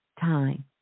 time